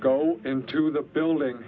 go into the building